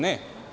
Ne.